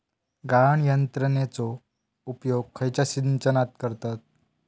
गाळण यंत्रनेचो उपयोग खयच्या सिंचनात करतत?